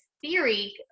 theory